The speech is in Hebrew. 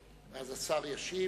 ואז השר ישיב.